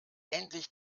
endlich